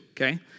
okay